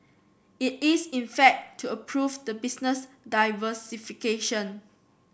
it is in fact to approve the business diversification